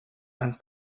and